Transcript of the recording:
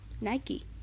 Nike